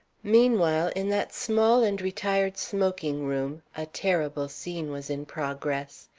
meanwhile in that small and retired smoking-room a terrible scene was in progress.